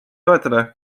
toetada